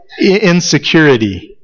insecurity